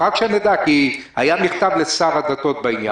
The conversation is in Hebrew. רק שנדע כי היה מכתב לשר הדתות בעניין.